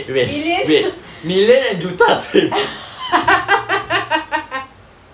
billion uh